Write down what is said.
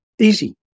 easy